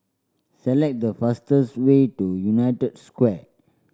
select the fastest way to United Square